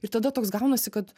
ir tada toks gaunasi kad